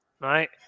right